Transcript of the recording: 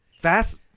Fast